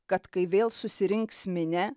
kad kai vėl susirinks minia